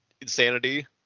insanity